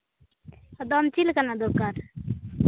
ᱟᱫᱚ ᱟᱢ ᱪᱮᱫ ᱞᱮᱠᱟᱱᱟᱜ ᱫᱚᱨᱠᱟᱨ